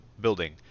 building